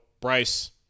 Bryce